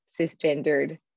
cisgendered